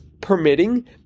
permitting